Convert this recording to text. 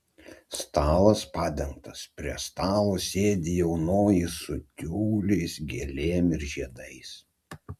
stalas padengtas prie stalo sėdi jaunoji su tiuliais gėlėm ir žiedais